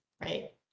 right